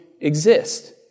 exist